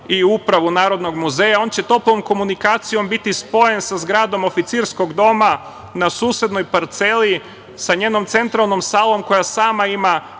i upravu Narodnog muzeja. On će toplom komunikacijom biti spojen sa zgradom oficirskog doma na susednoj parceli sa njenom centralnom salom koja sama ima